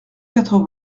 quatre